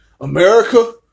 America